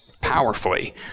powerfully